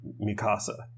Mikasa